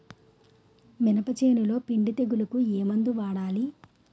మినప చేనులో పిండి తెగులుకు ఏమందు వాడాలి?